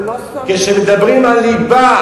כשמדברים על ליבה,